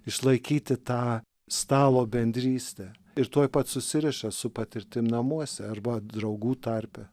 išlaikyti tą stalo bendrystę ir tuoj pat susiriša su patirtim namuose arba draugų tarpe